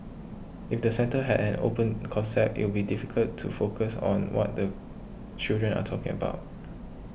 if the centre had an open concept it would difficult to focus on what the children are talking about